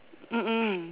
mm mm